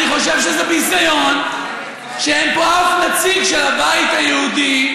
אני חושב שזה ביזיון שאין פה אף נציג של הבית היהודי,